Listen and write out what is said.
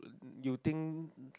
you think